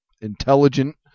intelligent